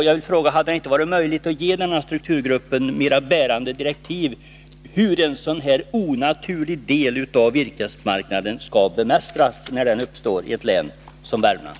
Jag vill fråga om det inte hade varit möjligt att ge denna strukturgrupp mer bärande direktiv om hur en sådan här onaturlig del av virkesmarknaden skall bemästras när den uppstår i ett län som Värmland.